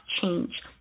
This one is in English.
change